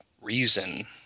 reason